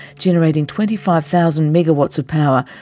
generating twenty five thousand megawatts of power,